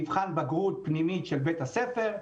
מבחן בגרות פנימי של בית הספר,